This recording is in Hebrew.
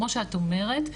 כמו שאת אומרת,